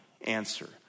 answer